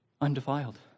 undefiled